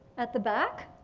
at the back?